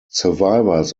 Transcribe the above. survivors